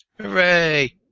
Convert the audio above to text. Hooray